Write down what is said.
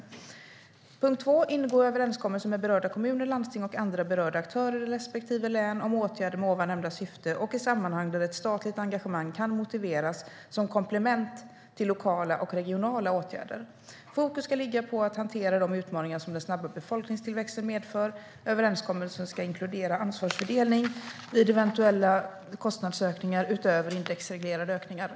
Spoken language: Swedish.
Vidare står det att förhandlingspersonen ska ingå överenskommelser med berörda kommuner, landsting och andra berörda aktörer respektive län om åtgärder med ovan nämnda syfte och i sammanhang där ett statligt engagemang kan motiveras som komplement till lokala och regionala åtgärder. Fokus ska ligga på att hantera de utmaningar som den snabba befolkningstillväxten medför. Överenskommelserna ska inkludera ansvarsfördelning vid eventuella kostnadsökningar utöver indexreglerade ökningar.